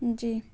جی